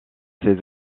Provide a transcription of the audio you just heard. ses